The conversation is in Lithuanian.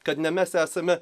kad ne mes esame